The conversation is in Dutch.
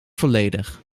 volledig